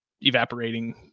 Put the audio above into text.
evaporating